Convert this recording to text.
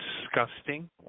disgusting